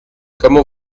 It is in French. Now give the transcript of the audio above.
comment